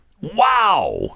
Wow